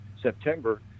September